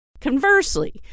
Conversely